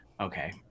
Okay